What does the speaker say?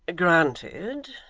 granted.